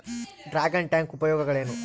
Dragon tank ಉಪಯೋಗಗಳೇನು?